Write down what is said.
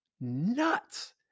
nuts